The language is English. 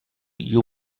you